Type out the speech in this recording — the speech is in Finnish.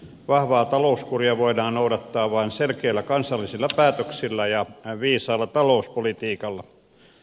vahvaa talouskuria voidaan noudattaa vain selkeillä kansallisilla päätöksillä ja viisaalla talouspolitiikalla